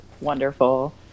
wonderful